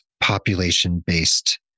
population-based